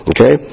Okay